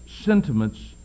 sentiments